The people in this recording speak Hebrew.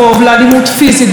בבתי חולים,